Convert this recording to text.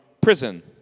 prison